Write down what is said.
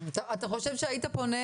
אתה חושב שהיית פונה